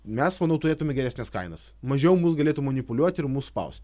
mes manau turėtume geresnes kainas mažiau mus galėtų manipuliuoti ir mus spaust